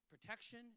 protection